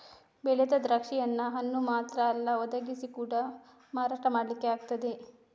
ಬೆಳೆದ ದ್ರಾಕ್ಷಿಯನ್ನ ಹಣ್ಣು ಮಾತ್ರ ಅಲ್ಲ ಒಣಗಿಸಿ ಕೂಡಾ ಮಾರಾಟ ಮಾಡ್ಲಿಕ್ಕೆ ಆಗ್ತದೆ